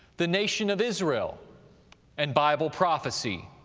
the nation of israel and bible prophecy.